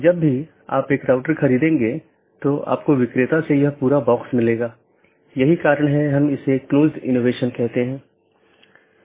यदि आप याद करें तो हमने एक पाथ वेक्टर प्रोटोकॉल के बारे में बात की थी जिसने इन अलग अलग ऑटॉनमस सिस्टम के बीच एक रास्ता स्थापित किया था